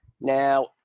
Now